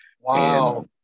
Wow